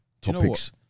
topics